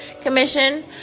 Commission